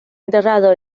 enterrado